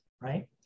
right